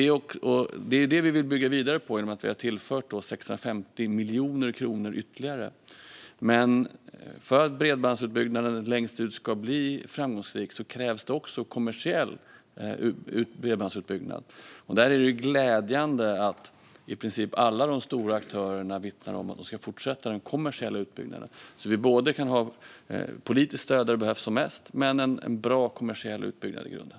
Det är det vi vill bygga vidare på genom att vi har tillfört 650 miljoner kronor ytterligare. Men för att bredbandsutbyggnaden längst ut ska bli framgångsrik krävs det också kommersiell bredbandsutbyggnad. Där är det glädjande att i princip alla de stora aktörerna vittnar om att de ska fortsätta den kommersiella utbyggnaden. Då kan vi ha politiskt stöd där det behövs som mest och en bra kommersiell utbyggnad i grunden.